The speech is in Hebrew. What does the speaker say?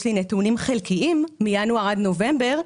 יש לי נתונים חלקיים מינואר עד נובמבר,